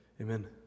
Amen